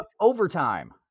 overtime